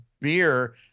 beer